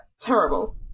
terrible